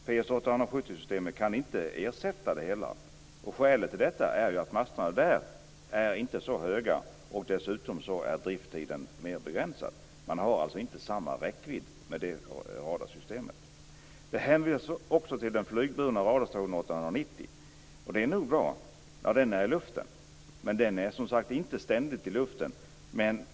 PS 870-systemet kan inte ersätta det hela, och skälet är att masterna där inte är så höga. Dessutom är driftstiden mer begränsad. Man har alltså inte samma räckvidd med det radarsystemet. Det hänvisas också till den flygburna radarstationen 890. Den är nog bra när den är i luften. Men den är som sagt inte ständigt i luften.